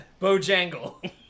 Bojangle